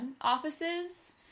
offices